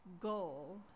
goal